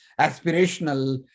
aspirational